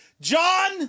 John